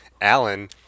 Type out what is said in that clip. Alan